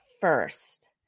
first